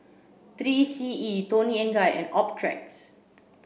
three C E Toni and Guy and Optrex